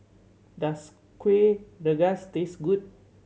does Kueh Rengas taste good